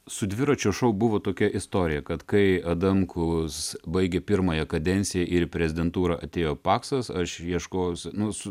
su dviračio šou buvo tokia istorija kad kai adamkus baigė pirmąją kadenciją ir į prezidentūrą atėjo paksas ar švieškos nu su